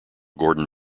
gordon